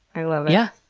i love it. yeah,